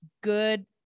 good